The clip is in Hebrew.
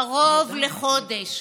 קרוב לחודש,